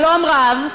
שלום רב.